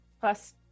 plus